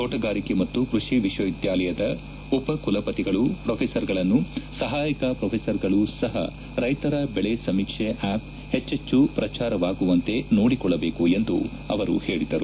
ತೋಟಗಾರಿಕೆ ಮತ್ತು ಕೈಷಿ ವಿಶ್ವವಿದ್ಯಾಲಯದ ಉಪಕುಲಪತಿಗಳು ಪೊಪೆಸರ್ಗಳನ್ನು ಸಹಾಯಕ ಪೊಪೆಸರ್ಗಳು ಸಹ ರೈತರ ಬೆಳೆ ಸಮೀಕ್ಷೆ ಆ್ವಪ್ ಹೆಚ್ಚಚ್ಚು ಪ್ರಚಾರವಾಗುವಂತೆ ನೋಡಿಕೊಳ್ಟಬೇಕು ಎಂದು ಹೇಳಿದರು